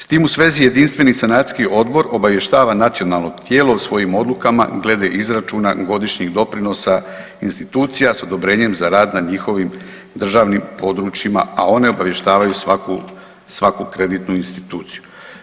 S tim u svezi jedinstveni sanacijski odbor obavještava nacionalno tijelo svojim odlukama glede izračuna godišnjih doprinosa institucija s odobrenjem za rad na njihovim državnim područjima, a one obavještavaju svaku kreditnu instituciju.